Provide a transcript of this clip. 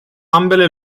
ambele